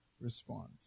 response